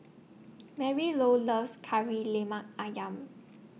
Marylou loves Kari Lemak Ayam